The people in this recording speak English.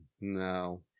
No